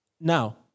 Now